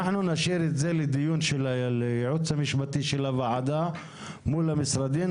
אנחנו נשאיר את זה לדיון לייעוץ המשפטי של הוועדה מול המשרדים.